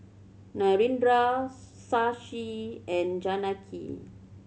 Narendra Shashi and Janaki